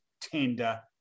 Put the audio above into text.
tender